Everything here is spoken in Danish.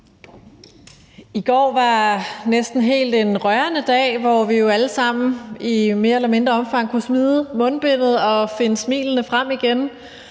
I går var en næsten helt rørende dag, hvor vi jo alle sammen i større eller mindre omfang kunne smide mundbindet og finde smilene frem igen.